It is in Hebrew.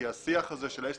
כי השיח הזה של ה-